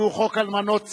חוק אלמנות צה"ל,